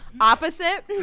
opposite